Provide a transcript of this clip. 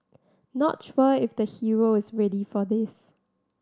not sure if the hero is ready for this